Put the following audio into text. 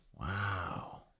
Wow